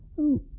who